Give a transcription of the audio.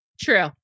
true